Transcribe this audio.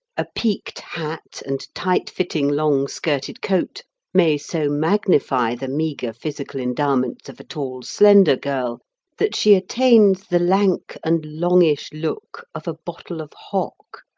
a peaked hat and tight-fitting, long-skirted coat may so magnify the meagre physical endowments of a tall, slender girl that she attains the lank and longish look of a bottle of hock.